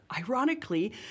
Ironically